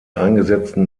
eingesetzten